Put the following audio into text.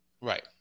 Right